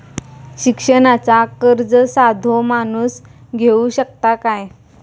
शिक्षणाचा कर्ज साधो माणूस घेऊ शकता काय?